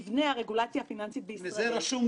שאפילו באיזו הדלפה יצאה החוצה,